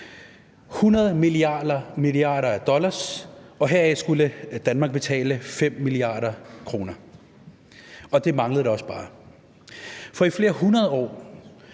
100 mia. dollars, og heraf skulle Danmark betale 5 mia. kr. Og det manglede da også bare, for i flere hundrede år